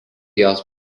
jos